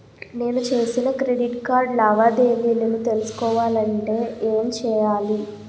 నేను చేసిన credit card లావాదేవీలను తెలుసుకోవాలంటే ఏం చేయాలి?